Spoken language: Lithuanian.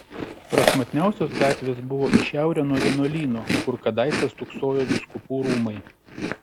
prašmatniausios gatvės buvo į šiaurę nuo vienuolyno kur kadaise stūksojo vyskupų rūmai